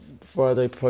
Friday